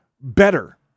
better